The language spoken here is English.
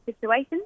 situations